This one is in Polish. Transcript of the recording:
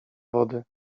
wody